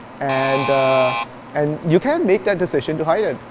and and you can make that decision to hide it.